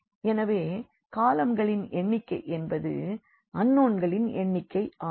எனவே காலம்களின் எண்ணிக்கை என்பது அன்னோன்களின் எண்ணிக்கை ஆகும்